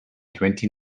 twenty